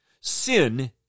Sin